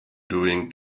doing